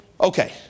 Okay